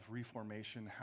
reformation